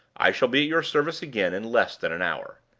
i shall be at your service again in less than an hour.